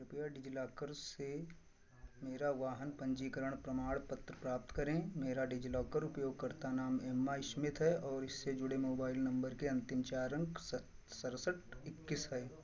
कृप्या डिजिलॉकर से मेरा वाहन पंजीकरण प्रमाण पत्र प्राप्त करें मेरा डिजिलॉकर उपयोगकर्ता नाम एम्मा स्मिथ है और इससे जुड़े मोबाइल नंबर के अंतिम चार अंक स सड़सठ इक्कीस हैं